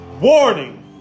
Warning